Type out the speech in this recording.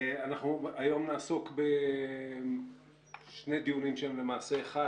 היום נעסוק בשני דיונים שהם למעשה אחד.